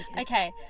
Okay